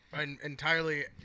Entirely